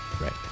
Right